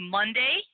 Monday